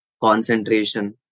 concentration